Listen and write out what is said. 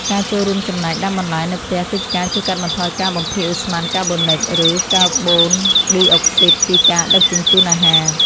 ការចូលរួមចំណែកដាំបន្លែនៅផ្ទះគឺជាការជួយកាត់បន្ថយការបំភាយឧស្ម័នកាបូនិច ឬ កាបូនឌីអុកស៊ីតពីការដឹកជញ្ជូនអាហារ។